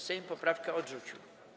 Sejm poprawkę odrzucił.